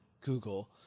Google